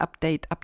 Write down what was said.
update